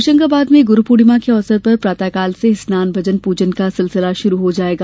होशंगाबाद में गुरू पूर्णिमा के अवसर पर प्रातःकाल से ही स्नान भजन पूजन का सिलसिला शुरू हो जायेगा